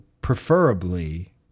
preferably